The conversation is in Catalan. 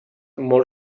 molt